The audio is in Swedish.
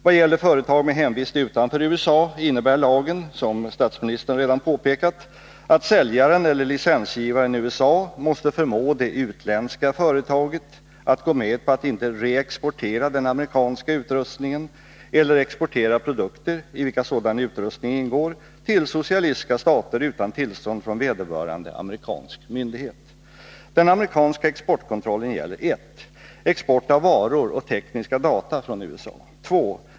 Vad gäller företag med hemvist utanför USA innebär lagen, som statsministern redan har påpekat, att säljaren eller licensgivaren i USA måste förmå det utländska företaget att gå med på att inte reexportera den amerikanska utrustningen eller exportera produkter, i vilken sådan utrustning ingår, till socialistiska stater utan tillstånd från vederbörande amerikansk myndighet. Den amerikanska exportkontrollen gäller: 1. Export av varor och tekniska data från USA. 2.